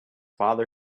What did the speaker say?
father